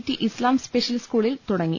T ഇസ്ലാം special സ്കൂളിൽ തുടങ്ങി